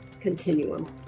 continuum